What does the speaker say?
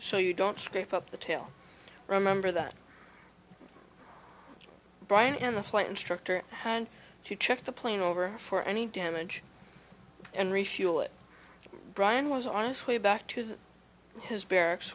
so you don't scrape up the tail remember that brian and the flight instructor had to check the plane over for any damage and refuel it brian was on his way back to his barracks